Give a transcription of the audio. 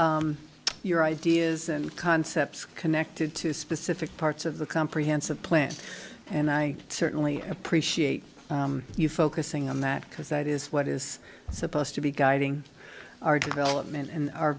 thank your ideas and concepts connected to specific parts of the comprehensive plan and i certainly appreciate you focusing on that because that is what is supposed to be guiding our development and our